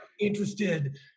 interested